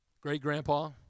great-grandpa